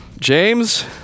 James